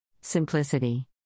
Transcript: Simplicity